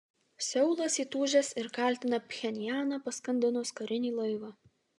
seulas įtūžęs ir kaltina pchenjaną paskandinus karinį laivą